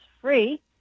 free